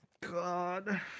God